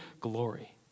glory